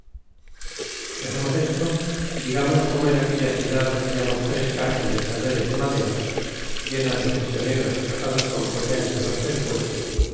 bemoles esto y digamos como en aquella ciudad halla mos tres erceles de rodeado maderallenas de prisioneros ajados con collares a los pescuezos